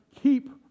keep